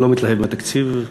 אני לא מתלהב מהתקציב,